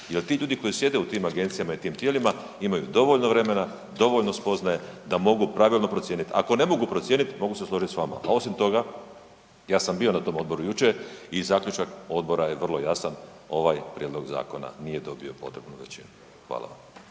jer ti ljudi koji sjede u tim agencijama i tim tijelima, imaju dovoljno vremena, dovoljno spoznaje da mogu pravilno procijeniti. Ako ne mogu procijeniti, mogu se složit s vama a osim toga, ja sam bio na tom odboru jučer i zaključak odbora je vrlo jasan, ovaj prijedlog zakona nije dobio potrebu većinu. Hvala.